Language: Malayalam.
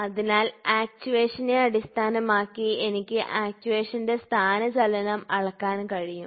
അതിനാൽ ആക്ചുവേഷനെ അടിസ്ഥാനമാക്കി എനിക്ക് ആക്ച്വേഷന്റെ സ്ഥാനചലനം അളക്കാൻ കഴിയും